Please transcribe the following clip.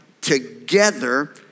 together